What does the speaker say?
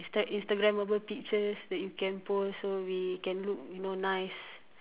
Instagrammable pictures that you can post so we can look you know nice